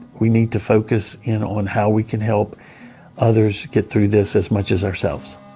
we need to focus in on how we can help others get through this as much as ourselves.